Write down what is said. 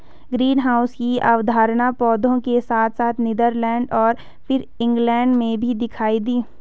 greenhouse की अवधारणा पौधों के साथ साथ नीदरलैंड और फिर इंग्लैंड में भी दिखाई दी